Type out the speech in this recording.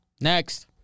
Next